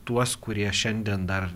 tuos kurie šiandien dar